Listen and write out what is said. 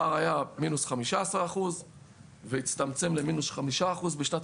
הפער היה מינוס 15% והצטמצם למינוס 5% בשנת